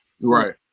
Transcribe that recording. Right